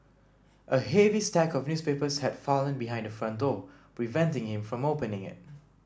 a heavy stack of newspapers had fallen behind the front door preventing him from opening it